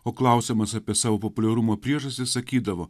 o klausiamas apie savo populiarumo priežastis sakydavo